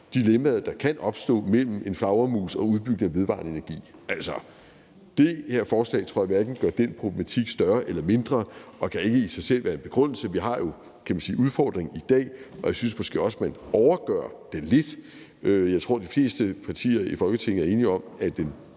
dilemmaet, der kan opstå mellem en flagermus og udbygning af vedvarende energi. Altså, det her forslag tror jeg hverken gør den problematik større eller mindre og kan ikke i sig selv være en begrundelse. Vi har jo, kan man sige, udfordringen i dag, og jeg synes måske også, man overgør den lidt. Jeg tror, de fleste partier i Folketinget er enige om, at den